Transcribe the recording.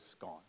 gone